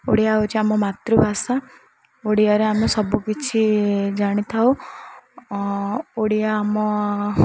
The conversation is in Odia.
ଓଡ଼ିଆ ହେଉଛି ଆମ ମାତୃଭାଷା ଓଡ଼ିଆରେ ଆମେ ସବୁକିଛି ଜାଣିଥାଉ ଓଡ଼ିଆ ଆମ